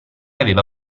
aveva